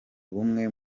bumwe